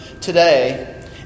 today